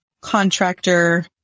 contractor